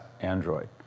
Android